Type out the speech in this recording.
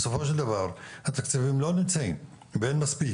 בסופו של דבר התקציבים לא נמצאים ואין מספיק